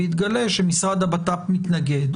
ויתגלה שמשרד הבט"פ מתנגד.